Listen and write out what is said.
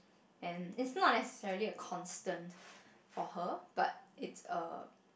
and its not necessarily a constant for her but it's a